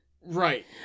Right